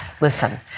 listen